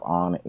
on